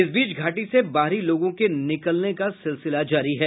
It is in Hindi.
इस बीच घाटी से बाहरी लोगों के निकलने का सिलसिला जारी है